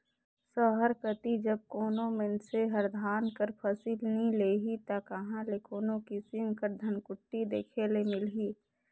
सहर कती जब कोनो मइनसे हर धान कर फसिल नी लेही ता कहां ले कोनो किसिम कर धनकुट्टी देखे ले मिलही